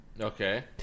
Okay